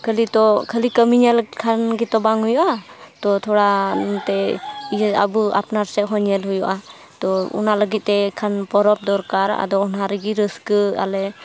ᱠᱷᱟᱹᱞᱤ ᱛᱚ ᱠᱷᱟᱹᱞᱤ ᱠᱟᱹᱢᱤ ᱧᱮᱞ ᱞᱮᱠᱷᱟᱱ ᱜᱮᱛᱚ ᱵᱟᱝ ᱦᱩᱭᱩᱜᱼᱟ ᱛᱚ ᱛᱷᱚᱲᱟ ᱮᱱᱛᱮᱫ ᱟᱵᱚ ᱟᱯᱱᱟᱨ ᱥᱮᱫ ᱦᱚᱸ ᱧᱮᱞ ᱦᱩᱭᱩᱜᱼᱟ ᱛᱚ ᱚᱱᱟ ᱞᱟᱹᱜᱤᱫ ᱛᱮ ᱠᱷᱟᱱ ᱯᱚᱨᱚᱵᱽ ᱫᱚᱨᱠᱟᱨ ᱟᱫᱚ ᱚᱱᱟ ᱨᱮᱜᱮ ᱨᱟᱹᱥᱠᱟᱹᱜ ᱟᱞᱮ